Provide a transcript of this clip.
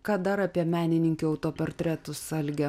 ką dar apie menininkių autoportretus alge